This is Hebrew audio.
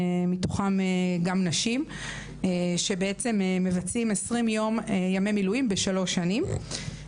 מתוכם גם נשים שבעצם מבצעים 20 יום ימי מילואים בשלוש שנים.